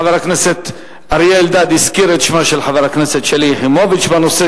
חבר הכנסת אריה אלדד הזכיר את שמה של חברת הכנסת שלי יחימוביץ בנושא